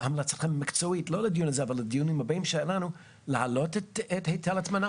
המלצתכם תהיה להעלות את היטל ההטמנה?